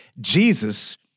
Jesus